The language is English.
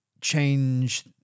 change